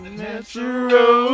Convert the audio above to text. natural